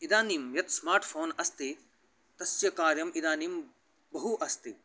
इदानीं यत् smart phone अस्ति तस्य कार्यम् इदानीं बहु अस्ति